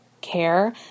care